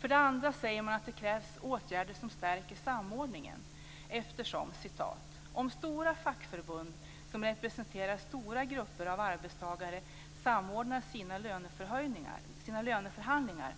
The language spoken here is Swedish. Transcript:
För det andra säger man att det krävs åtgärder som stärker samordningen. "Om stora fackförbund som representerar stora grupper av arbetstagare samordnar sina löneförhandlingar